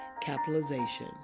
capitalization